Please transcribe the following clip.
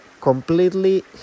completely